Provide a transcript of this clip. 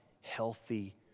healthy